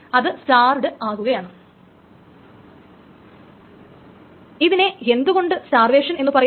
അത് സ്റ്റാർവ്ഡ് ആകുകയാണ് ഇതിനെ എന്തുകൊണ്ട് സ്റ്റാർവേഷൻ എന്ന് പറയുന്നു